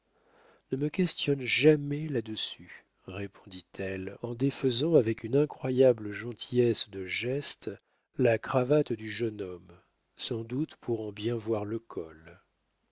ne me questionne jamais là-dessus répondit-elle en défaisant avec une incroyable gentillesse de geste la cravate du jeune homme sans doute pour en bien voir le col